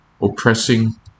oppressing